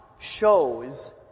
shows